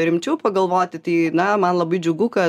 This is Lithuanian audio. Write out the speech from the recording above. rimčiau pagalvoti tai na man labai džiugu kad